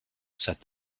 said